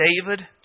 David